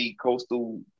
coastal